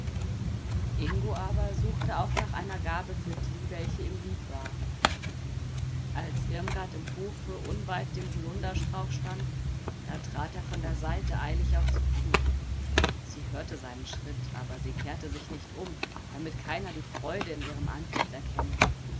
ingo aber suchte auch nach einer gabe für die welche ihm lieb war als irmgard im hofe unweit dem holunderstrauch stand da trat er von der seite eilig auf sie zu sie hörte seinen schritt aber sie kehrte sich nicht um damit keiner die freude in ihrem antlitz erkenne